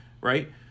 right